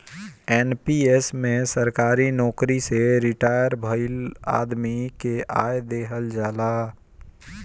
NPS में सरकारी नोकरी से रिटायर भईल आदमी के आय देहल जाला